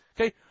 Okay